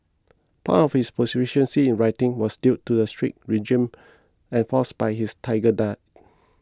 part of his proficiency in writing was due to the strict regime enforced by his tiger dad